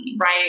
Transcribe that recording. Right